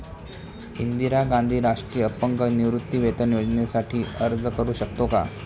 इंदिरा गांधी राष्ट्रीय अपंग निवृत्तीवेतन योजनेसाठी अर्ज करू शकतो का?